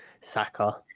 Saka